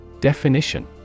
Definition